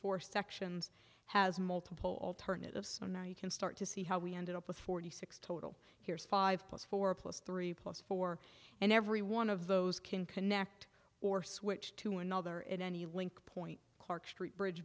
four sections has multiple alternative so now you can start to see how we ended up with forty six total here's five plus four plus three plus four and every one of those can connect or switch to another at any link point clark street bridge